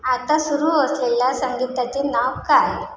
आता सुरू असलेल्या संगीताचे नाव काय